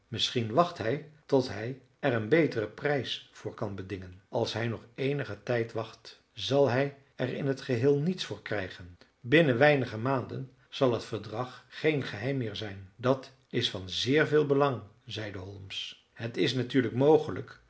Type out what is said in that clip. misschien wacht hij tot hij er een beteren prijs voor kan bedingen als hij nog eenigen tijd wacht zal hij er in t geheel niets voor krijgen binnen weinige maanden zal het verdrag geen geheim meer zijn dat is van zeer veel belang zeide holmes het is natuurlijk mogelijk